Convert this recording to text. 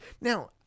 Now